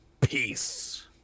peace